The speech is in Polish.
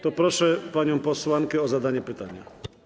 To proszę panią posłankę o zadanie pytania.